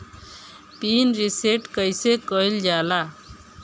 Pin reset कईसे करल जाला?